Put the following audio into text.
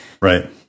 Right